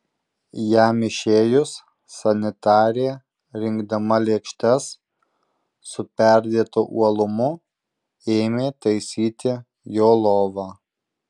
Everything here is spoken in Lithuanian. jam išėjus sanitarė rinkdama lėkštes su perdėtu uolumu ėmė taisyti jo lovą